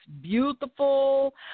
beautiful